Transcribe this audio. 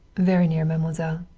very near, mademoiselle.